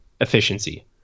efficiency